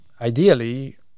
ideally